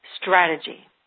Strategy